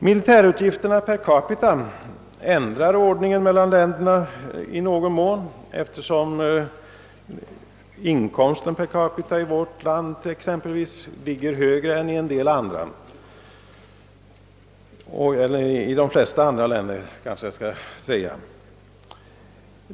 Militärutgifterna per capita ändrar ordningen på länderna i någon mån, eftersom inkomsten per capita i vårt land ligger högre än i de flesta andra länder.